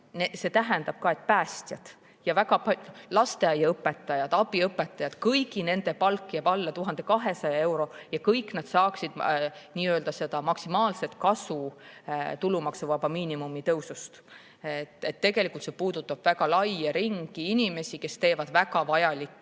See tähendab ka, et päästjad, lasteaiaõpetajad, abiõpetajad – kõigi nende palk jääb alla 1200 euro – saaksid maksimaalset kasu tulumaksuvaba miinimumi tõusust. Tegelikult see puudutab väga laia ringi inimesi, kes teevad väga vajalikke